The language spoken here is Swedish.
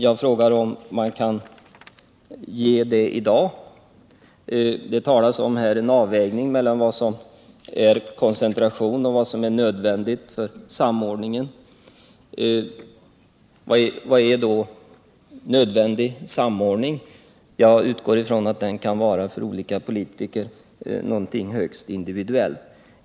Jag undrar om vi kan få någon definition i dag. Det talas om en avvägning mellan vad som är uppdragskoncentration och vilka uppdrag som är nödvändiga för samordningen. Men vad är då nödvändig samordning? Jag utgår från att den kan vara någonting högst individuellt för olika politiker.